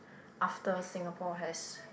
after Singapore has